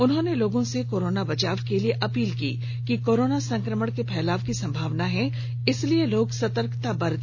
मुख्यमंत्री ने लोगों से कोरोना बचाव के लिए अपील की कि कोरोना संक्रमण के फैलाव की संभावना है इसलिए लोग सतर्कता बरते